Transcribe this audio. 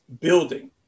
building